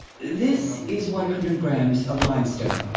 this is one hundred grams of limestone.